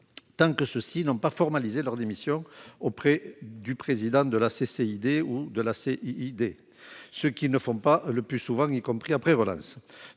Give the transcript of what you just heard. tant que ceux-ci n'ont pas formalisé leur démission auprès du président de la CCID ou de la CIID, ce qu'ils ne font pas le plus souvent, y compris après relances.